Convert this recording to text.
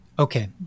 Okay